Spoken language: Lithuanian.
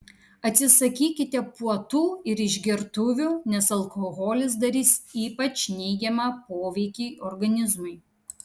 atsisakykite puotų ir išgertuvių nes alkoholis darys ypač neigiamą poveikį organizmui